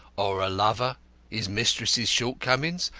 or a lover his mistress's shortcomings,